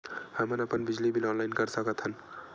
हमन अपन बिजली बिल ऑनलाइन कर सकत हन?